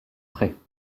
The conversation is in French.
prêts